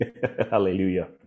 Hallelujah